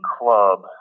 club